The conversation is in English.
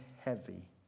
heavy